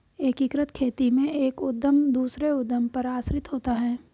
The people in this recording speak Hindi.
एकीकृत खेती में एक उद्धम दूसरे उद्धम पर आश्रित होता है